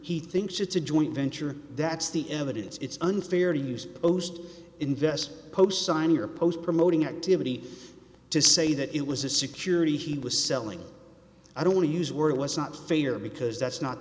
he thinks it's a joint venture that's the evidence it's unfair to use post investor post sign your post promoting activity to say that it was a security he was selling i don't want to use the word was not fair because that's not